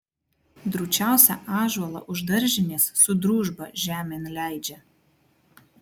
drūčiausią ąžuolą už daržinės su družba žemėn leidžia